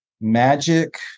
magic